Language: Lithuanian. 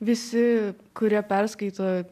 visi kurie perskaito